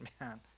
man